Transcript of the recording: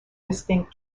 distinct